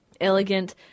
elegant